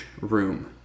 room